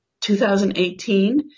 2018